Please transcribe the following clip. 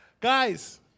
Guys